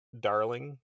darling